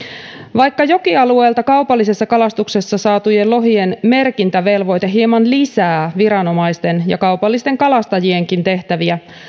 vaikka jokialueelta kaupallisessa kalastuksessa saatujen lohien merkintävelvoite hieman lisää viranomaisten ja kaupallisten kalastajienkin tehtäviä